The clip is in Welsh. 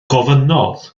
gofynnodd